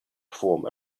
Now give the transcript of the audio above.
perform